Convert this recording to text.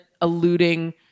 alluding